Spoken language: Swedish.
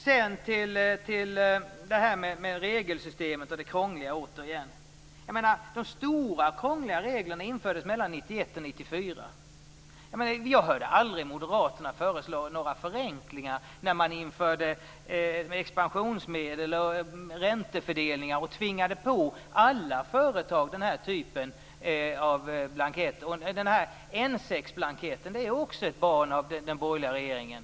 Låt mig sedan gå över till detta med det krångliga regelsystemet. De stora krångliga reglerna infördes mellan 1991 och 1994. Jag hörde aldrig Moderaterna föreslå några förenklingar när man införde expansionsmedel och räntefördelningar och tvingade på alla företag den här typen av blanketter. Blanketten N 6 är också ett barn av den borgerliga regeringen.